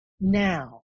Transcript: now